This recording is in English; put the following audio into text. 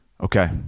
Okay